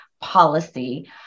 policy